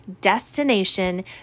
destination